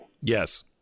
Yes